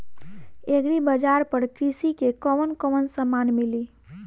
Agri बाजार पर कृषि के कवन कवन समान मिली?